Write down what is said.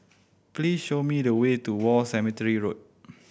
please show me the way to War Cemetery Road